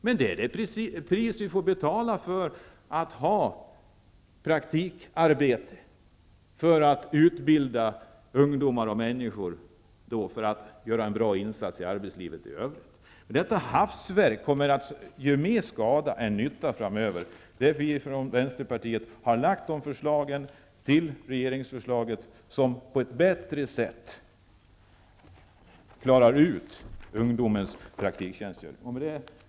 Men det är det pris som får betalas för att det skall finnas praktikplatser där ungdomar kan utbildas, så att de kan göra en bra insats i arbetslivet i övrigt. Detta hafsverk kommer att göra mer skada än nytta framöver. Vänsterpartiet har lagt fam ett förslag som på ett bättre sätt än regeringsförslaget klarar ut förhållandena kring ungdomars praktiktjänstgöring.